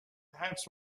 perhaps